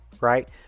Right